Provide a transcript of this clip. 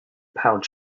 pound